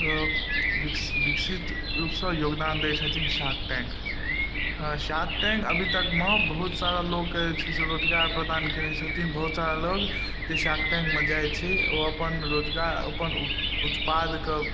विकसित रूपसँ योगदान दै छथिन शार्क टैंक शार्क टैंक अभी तकमे बहुत सारा लोकके जे छै से रोजगार प्रदान कयने छथिन बहुत सारा लोग जे शार्क टैंकमे जाइ छै ओ अपन रोजगार अपन अपन उत्पादके